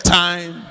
time